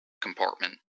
compartment